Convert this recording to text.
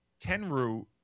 Tenru